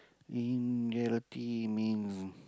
in charity means